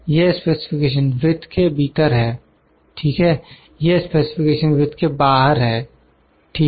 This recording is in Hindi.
यह स्पेसिफिकेशन विथ के भीतर है ठीक है यह स्पेसिफिकेशन विथ के बाहर है ठीक है